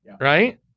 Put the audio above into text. right